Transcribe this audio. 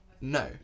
no